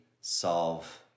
solve